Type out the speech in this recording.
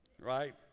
right